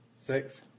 Six